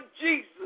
Jesus